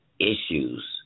issues